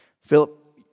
Philip